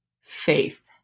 faith